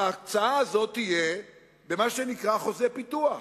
ההקצאה הזאת תהיה במה שנקרא חוזה פיתוח.